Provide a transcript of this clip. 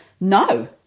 no